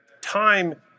time